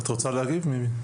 את רוצה להגיב מימי?